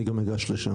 אני גם אגש לשם.